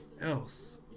else